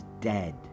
dead